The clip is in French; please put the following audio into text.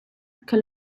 que